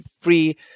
free